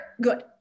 good